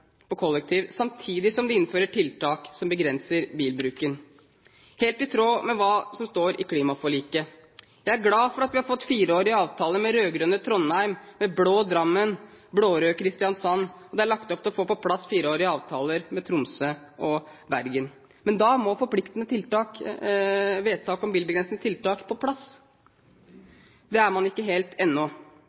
på kollektivtrafikk, samtidig som man innfører tiltak for å begrense bilbruken, helt i tråd med hva som står i klimaforliket. Jeg er glad for at vi har fått fireårige avtaler med rød-grønne Trondheim, blå Drammen og blå-røde Kristiansand. Det er lagt opp til å få på plass fireårige avtaler med Tromsø og Bergen, men da må forpliktende vedtak om bilbegrensende tiltak på plass. Der er man ikke helt ennå.